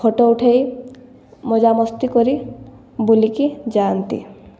photo ଉଠାଇ ମଜାମସ୍ତି କରି ବୁଲିକି ଯାଆନ୍ତି